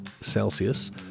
Celsius